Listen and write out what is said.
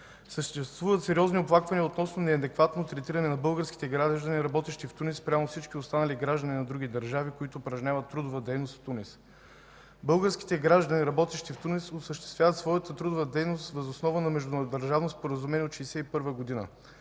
Съществуват сериозни оплаквания относно неадекватно третиране на българските граждани, работещи в Тунис спрямо всички останали граждани на други държави, които упражняват трудова дейност в Тунис. Българските граждани, работещи в Тунис, осъществяват своята трудова дейност въз основа на Междудържавно споразумение от 1961 г.